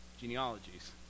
genealogies